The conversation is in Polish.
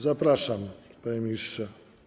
Zapraszam, panie ministrze.